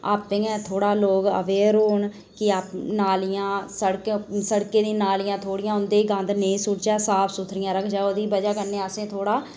आपें गै लोक थोह्ड़ा अवेयर होन नालियां सड़कें दियां नालियां उंदे ई गंद नेईं सुट्टचै साफ सुथरा रखचै ते उंदे ई बजह कन्नै असें थोह्ड़ा